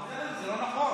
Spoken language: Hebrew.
אבל זה לא נכון.